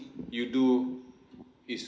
you do is